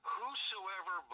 Whosoever